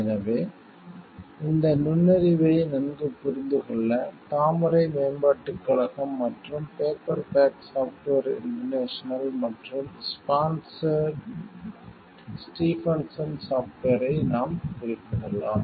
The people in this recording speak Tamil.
எனவே இந்த நுண்ணறிவை நன்கு புரிந்துகொள்ள தாமரை மேம்பாட்டுக் கழகம் மற்றும் பேப்பர்பேக் சாஃப்ட்வேர் இன்டர்நேஷனல் மற்றும் ஸ்டீபன்சன் சாஃப்ட்வேரை நாம் குறிப்பிடலாம்